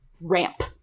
ramp